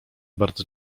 bardzo